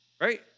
right